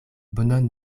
bonon